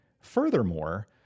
Furthermore